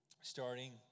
starting